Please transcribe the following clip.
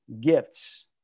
gifts